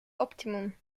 optimum